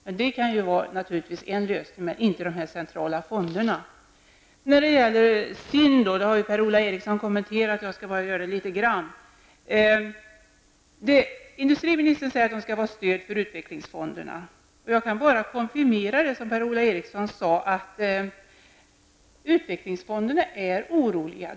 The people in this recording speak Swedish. Detta kan naturligtvis vara en lösning, men det är inte dessa centrala fonder. Per-Ola Eriksson har redan kommenterat frågan om SIND, och jag skall bara något beröra den. Industriministern säger att SIND skall vara ett stöd för utvecklingsfonderna. Jag kan bara konfirmera det som Per-Ola Eriksson sade, nämligen att utvecklingsfonderna är oroliga.